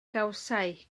gawsai